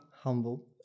Humble